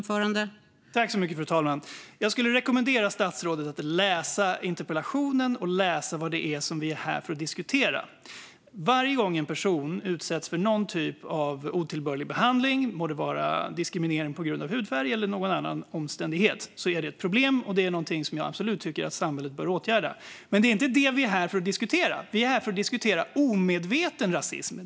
Fru talman! Jag skulle rekommendera statsrådet att läsa interpellationen och vad vi är här för att diskutera. Varje gång en person utsätts för någon typ av otillbörlig behandling - det må vara diskriminering på grund av hudfärg eller någon annan omständighet - är det ett problem och något som jag absolut tycker att samhället bör åtgärda. Men det är inte detta som vi är här för att diskutera, utan vi är här för att diskutera omedveten rasism.